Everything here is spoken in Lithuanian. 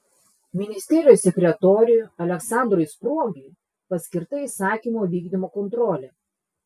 ministerijos sekretoriui aleksandrui spruogiui paskirta įsakymo vykdymo kontrolė